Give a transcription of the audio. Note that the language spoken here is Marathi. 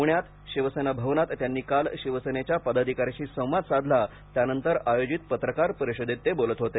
पुण्यात शिवसेना भवनात त्यांनी काल शिवसेनेच्या पदाधिकाऱ्यांशी संवाद साधला त्यानंतर आयोजित पत्रकार परिषदेत ते बोलत होते